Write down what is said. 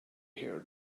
hear